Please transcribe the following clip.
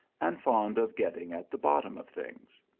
and fond of getting at the bottom of things.